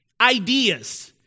ideas